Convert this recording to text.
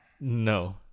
no